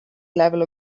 lefel